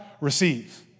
Receive